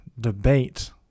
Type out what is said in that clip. debate